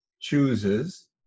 chooses